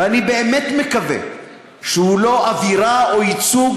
ואני מקווה באמת שהוא לא אווירה או ייצוג